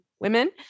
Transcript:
women